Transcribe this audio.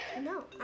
No